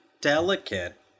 delicate